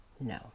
No